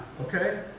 okay